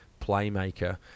playmaker